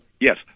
Yes